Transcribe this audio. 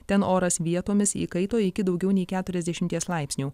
ten oras vietomis įkaito iki daugiau nei keturiasdešimies laipsnių